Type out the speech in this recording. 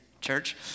Church